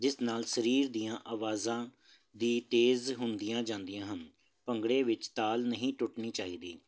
ਜਿਸ ਨਾਲ ਸਰੀਰ ਦੀਆਂ ਆਵਾਜ਼ਾਂ ਦੀ ਤੇਜ਼ ਹੁੰਦੀਆਂ ਜਾਂਦੀਆਂ ਹਨ ਭੰਗੜੇ ਵਿੱਚ ਤਾਲ ਨਹੀਂ ਟੁੱਟਣੀ ਚਾਹੀਦੀ